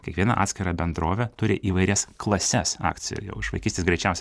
kiekviena atskira bendrovė turi įvairias klases akcijoj jau iš vaikystės greičiausia